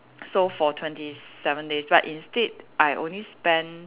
so for twenty seven days right instead I only spend